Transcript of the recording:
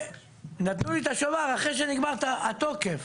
נתנו לי את השובר אחרי שנגמר התוקף.